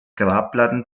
grabplatten